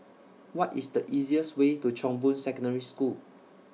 What IS The easiest Way to Chong Boon Secondary School